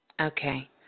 Okay